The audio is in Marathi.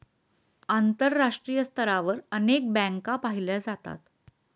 आंतरराष्ट्रीय स्तरावर अनेक बँका पाहिल्या जातात